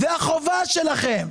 זאת החובה שלכם.